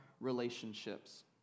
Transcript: relationships